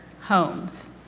homes